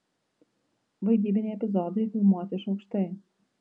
vaidybiniai epizodai filmuoti iš aukštai